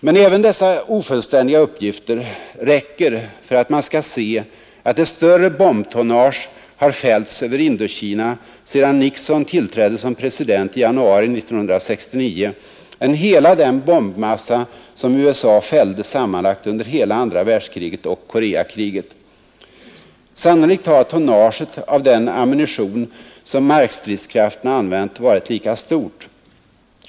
Men även dessa ofullständiga uppgifter räcker för att man ska se, att ett större bombtonnage har fällts över Indokina sedan Nixon tillträdde som president i januari 1969 än hela den bombmassa, som USA fällde sammanlagt under hela andra världskriget och Koreakriget. Sannolikt har tonnaget av den ammunition, som markstridskrafterna använt, varit lika stort.